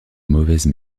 mauvaises